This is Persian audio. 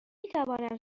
توانم